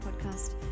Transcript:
podcast